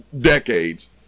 decades